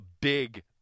big